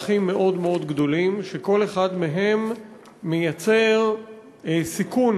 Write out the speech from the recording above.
אותו סעיף 52 המפורסם שכל כך מדובר כאן בשבועות